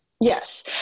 Yes